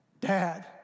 Dad